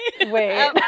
wait